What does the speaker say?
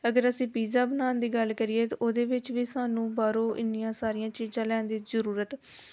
ਅਗਰ ਅਸੀਂ ਪੀਜ਼ਾ ਬਣਾਉਣ ਦੀ ਗੱਲ ਕਰੀਏ ਤਾਂ ਉਹਦੇ ਵਿੱਚ ਵੀ ਸਾਨੂੰ ਬਾਹਰੋਂ ਇੰਨੀਆਂ ਸਾਰੀਆਂ ਚੀਜ਼ਾਂ ਲੈਣ ਦੀ ਜ਼ਰੂਰਤ